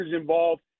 involved